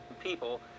people